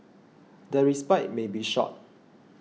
the respite may be short